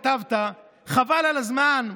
כתבת: חבל על הזמן,